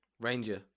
Ranger